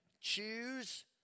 choose